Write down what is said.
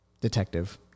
detective